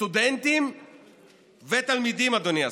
סטודנטים ותלמידים, אדוני השר,